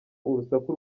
urusaku